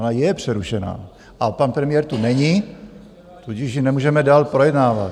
Ona je přerušená a pan premiér tu není, tudíž ji nemůžeme dál projednávat.